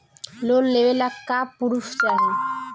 Loan लेवे ला का पुर्फ चाही?